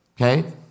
okay